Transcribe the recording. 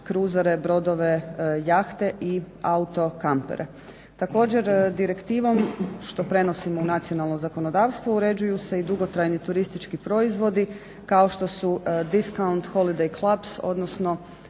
kruzere, brodove, jahte i auto-kampere. Također direktivom, što prenosimo u nacionalno zakonodavstvo, uređuju se i dugotrajni turistički proizvodi kao što su discount holiday clubs, odnosno